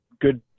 good